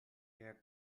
herr